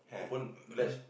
open latch